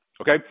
Okay